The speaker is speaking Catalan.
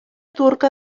turca